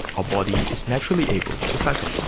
our body is naturally able to cycle.